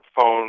phone